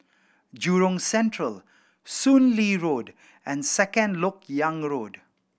Jurong Central Soon Lee Road and Second Lok Yang Road